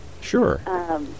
Sure